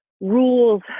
rules